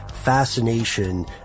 Fascination